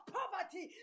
poverty